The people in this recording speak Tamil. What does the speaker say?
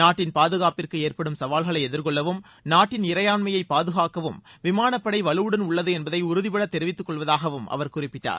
நாட்டின் பாதுகாப்பிற்கு ஏற்படும் சவால்களை எதிர்கொள்ளவும் நாட்டின் இறையாண்மையை பாதுகாக்கவும் விமானப்படை வலுவுடன் உள்ளது என்பதை உறுதிபடத் தெரிவித்துக்கொள்வதாகவும் அவர் குறிப்பிட்டார்